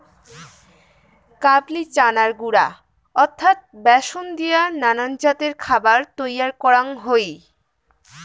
কাবুলি চানার গুঁড়া অর্থাৎ ব্যাসন দিয়া নানান জাতের খাবার তৈয়ার করাং হই